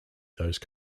those